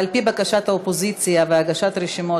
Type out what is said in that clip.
על פי בקשת האופוזיציה והגשת רשימות,